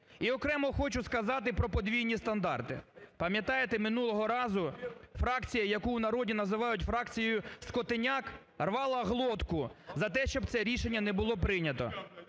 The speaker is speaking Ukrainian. І окремо хочу сказати про подвійні стандарти. Пам'ятаєте, минулого разу фракція, яку в народі називають фракцією "скотиняк", рвала глотку за те, щоб це рішення не було прийнято.